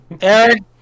Eric